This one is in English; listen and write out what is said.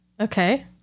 Okay